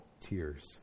tears